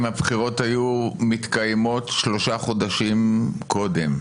הבחירות היו מתקיימות שלושה חודשים קודם?